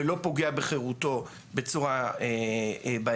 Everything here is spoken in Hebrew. ולא פוגע בחירותו בצורה בעייתית,